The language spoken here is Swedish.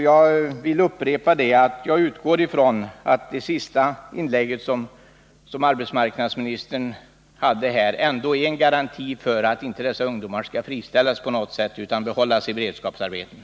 Jag upprepar vad jag redan sagt, att jag utgår ifrån att arbetsmarknadsministerns sista meningar i svaret ändå är en garanti för att dessa ungdomar inte på något sätt skall friställas utan skall få behålla sina beredskapsarbeten.